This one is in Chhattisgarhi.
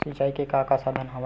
सिंचाई के का का साधन हवय?